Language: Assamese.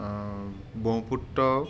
ব্ৰহ্মপুত্ৰ